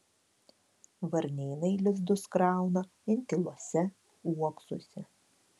varnėnai lizdus krauna inkiluose uoksuose